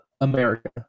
America